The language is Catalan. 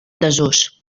desús